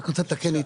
אני רוצה לתקן.